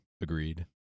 Agreed